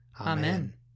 Amen